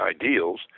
ideals